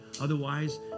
Otherwise